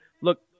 Look